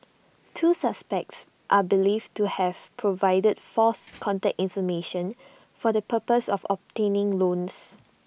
two suspects are believed to have provided false contact information for the purpose of obtaining loans